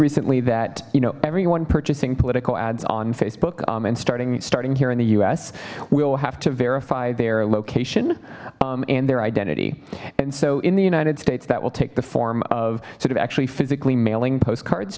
recently that you know everyone purchasing political ads on facebook and starting starting here in the us will have to verify their location and their identity and so in the united states that will take the form of sort of actually physically mailing postcards